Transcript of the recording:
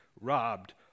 robbed